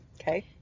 Okay